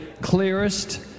clearest